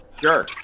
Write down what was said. Sure